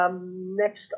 Next